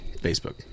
facebook